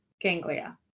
ganglia